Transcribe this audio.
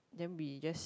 then we just